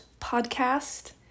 podcast